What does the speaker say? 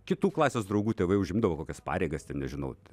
kitų klasės draugų tėvai užimdavo kokias pareigas ten nežinau